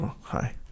Hi